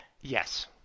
Yes